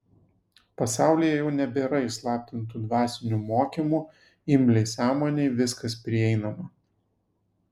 pasaulyje jau nebėra įslaptintų dvasinių mokymų imliai sąmonei viskas prieinama